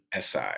SI